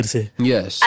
Yes